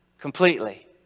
Completely